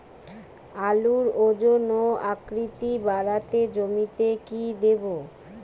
আলুর ওজন ও আকৃতি বাড়াতে জমিতে কি দেবো?